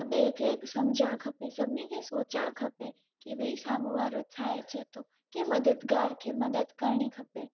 हिकु ॿिए खे सम्झणु खपे सभिनी खे सोचणु खपे की भई साम्हूं वारो छा आहे चए थो मददगार खे मदद करणी खपे